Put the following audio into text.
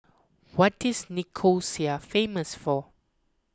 what is Nicosia famous for